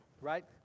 right